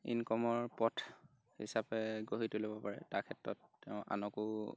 ইনকামৰ পথ হিচাপে গঢ়ি তুলিব পাৰে তাৰ ক্ষেত্ৰত তেওঁ আনকো